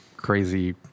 crazy